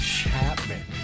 Chapman